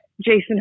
Jason